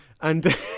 And-